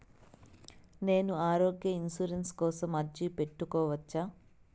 నేను ఆరోగ్య ఇన్సూరెన్సు కోసం అర్జీ పెట్టుకోవచ్చా?